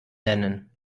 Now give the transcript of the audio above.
nennen